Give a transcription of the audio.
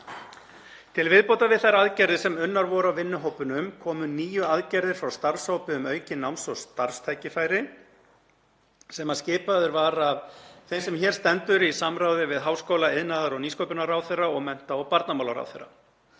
Til viðbótar við þær aðgerðir sem unnar voru af vinnuhópunum komu níu aðgerðir frá starfshópi um aukin náms- og starfstækifæri, sem skipaður var af þeim sem hér stendur í samráði við háskóla-, iðnaðar- og nýsköpunarráðherra og mennta- og barnamálaráðherra